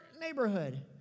neighborhood